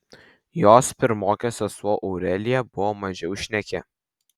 jos pirmokė sesuo aurelija buvo mažiau šneki